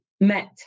met